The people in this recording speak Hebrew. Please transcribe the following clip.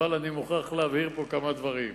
אבל אני מוכרח להבהיר כאן כמה דברים.